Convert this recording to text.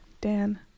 Dan